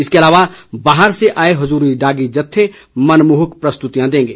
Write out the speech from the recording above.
इसके अलावा बाहर से आए हजूरी रागी जत्थे मनमोहक प्रस्तुतियां देंगे